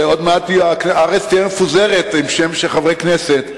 ועוד מעט יהיו מפוזרים בארץ שמות של חברי כנסת.